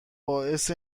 باعث